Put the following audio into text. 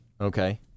Okay